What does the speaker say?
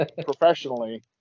professionally